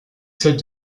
celle